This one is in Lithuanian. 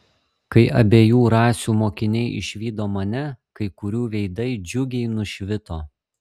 kai abiejų rasių mokiniai išvydo mane kai kurių veidai džiugiai nušvito